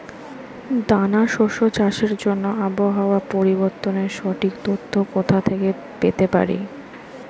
দানা শস্য চাষের জন্য আবহাওয়া পরিবর্তনের সঠিক তথ্য কোথা থেকে পেতে পারি?